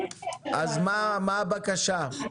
מה הבקשה?